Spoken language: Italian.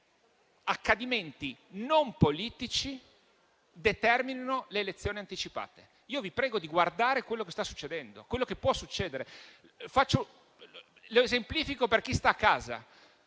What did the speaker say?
che accadimenti non politici determinino le elezioni anticipate. Vi prego di guardare quello che sta succedendo e quello che può succedere. Lo esemplifico per chi sta a casa: